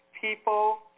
people